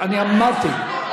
חבר הכנסת, אני אמרתי,